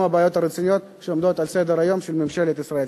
הבעיות הרציניות שעומדות על סדר-היום של ממשלת ישראל.